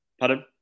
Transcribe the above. Pardon